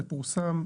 זה פורסם.